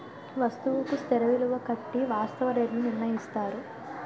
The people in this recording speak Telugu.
వస్తువుకు స్థిర విలువ కట్టి వాస్తవ రేట్లు నిర్ణయిస్తారు